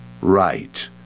right